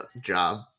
job